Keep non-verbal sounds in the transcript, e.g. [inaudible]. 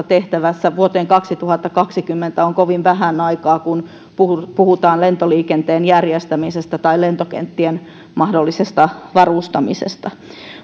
[unintelligible] tehtävässä vuoteen kaksituhattakaksikymmentä on kovin vähän aikaa kun puhutaan puhutaan lentoliikenteen järjestämisestä tai lentokenttien mahdollisesta varustamisesta